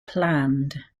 planned